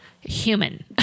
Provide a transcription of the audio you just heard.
human